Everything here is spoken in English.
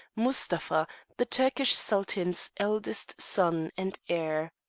mustapha, the turkish sultan's eldest son and heir.